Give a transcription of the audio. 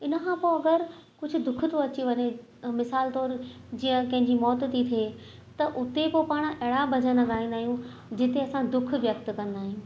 इनखां पोइ अगरि कुझु दुखु थो अची वञे मिसालु तौरु जीअं कंहिं जी मौत थी थिए त उते पोइ पाण अहिड़ा भॼन ॻाईंदा आहियूं जिते असां दुखु व्यक्त कंदा आहियूं